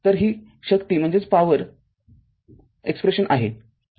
तर ही शक्ती अभिव्यक्ती आहे